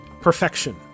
perfection